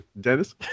dennis